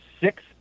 six